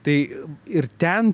tai ir ten